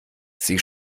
sie